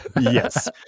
Yes